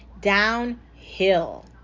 downhill